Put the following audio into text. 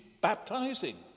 baptizing